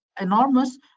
enormous